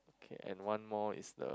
okay and one more is the